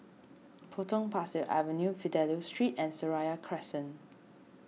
Potong Pasir Avenue Fidelio Street and Seraya Crescent